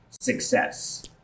success